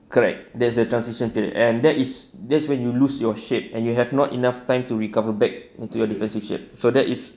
correct there's a transition period and that is that's when you lose your shape and you have not enough time to recover back into a different transition so that is